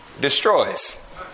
destroys